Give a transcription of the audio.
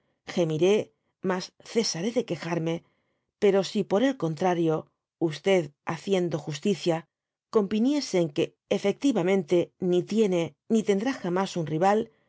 gemiré mas cesaré de quejarme pero si por el contrario haciendo justicia conviniese en que efectiva mente ni tiene ni tendrá jamas una rival